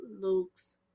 luke's